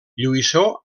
lluïssor